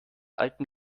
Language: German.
alten